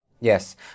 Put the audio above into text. Yes